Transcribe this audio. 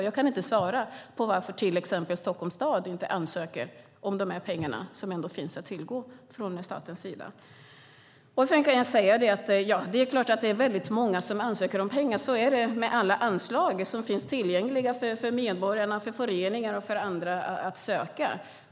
Jag kan inte svara på varför till exempel Stockholms stad inte ansöker om dessa pengar som finns att tillgå från statens sida. Det är väldigt många som ansöker om pengar - så är det med alla anslag som finns tillgängliga för medborgarna, föreningar och andra att söka.